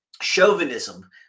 chauvinism